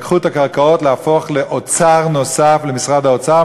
לקחו את הקרקעות והפכו אותן לאוצר נוסף למשרד האוצר.